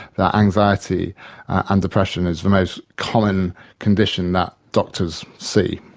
that anxiety and depression it's the most common condition that doctors see.